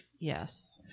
yes